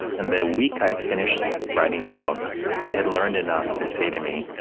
and the week i finished writing the book, he had learned enough to say to me,